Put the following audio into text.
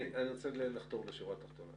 אני רוצה לחתור לשורה תחתונה.